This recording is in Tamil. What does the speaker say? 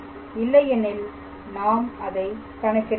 இல்லை எனில் நாம் அதை கணக்கிட வேண்டும்